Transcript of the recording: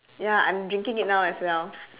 ya I'm drinking it now as well